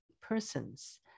person's